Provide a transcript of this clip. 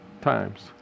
times